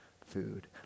food